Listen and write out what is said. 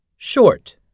short